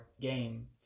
game